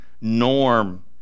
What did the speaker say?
norm